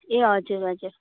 ए हजुर हजुर